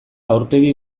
aurpegi